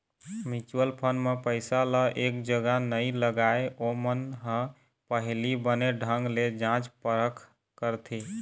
mutual fund म पइसा ल एक जगा नइ लगाय, ओमन ह पहिली बने ढंग ले जाँच परख करथे